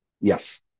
yes